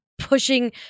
pushing